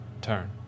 turn